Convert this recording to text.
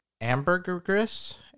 Ambergris